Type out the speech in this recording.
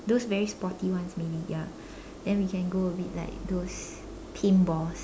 those very sporty ones maybe ya then we can go a bit like those paint balls